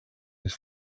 his